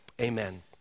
amen